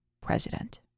president